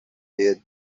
did